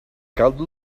caldo